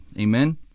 amen